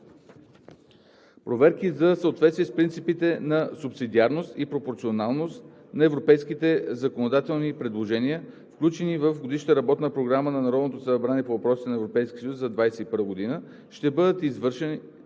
Проверки за съответствие с принципите на субсидиарност и пропорционалност на европейските законодателни предложения, включени в Годишната работна програма на Народното събрание по въпросите на Европейския съюз за 2021 г., ще бъдат извършвани